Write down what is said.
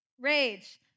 rage